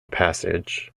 passage